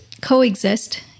coexist